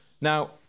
Now